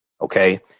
okay